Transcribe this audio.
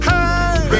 Hey